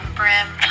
brim